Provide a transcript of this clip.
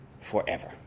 forever